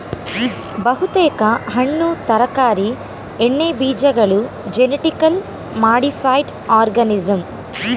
ಬಹುತೇಕ ಹಣ್ಣು ತರಕಾರಿ ಎಣ್ಣೆಬೀಜಗಳು ಜೆನಿಟಿಕಲಿ ಮಾಡಿಫೈಡ್ ಆರ್ಗನಿಸಂ